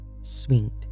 sweet